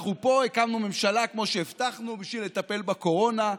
אנחנו פה הקמנו ממשלה כמו שהבטחנו בשביל לטפל בקורונה,